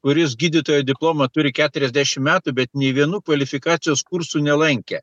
kuris gydytojo diplomą turi keturiasdešimt metų bet nei vienų kvalifikacijos kursų nelankė